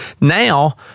Now